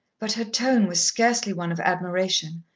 but her tone was scarcely one of admiration,